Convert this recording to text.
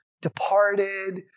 departed